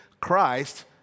Christ